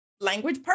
language